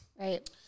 right